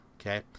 Okay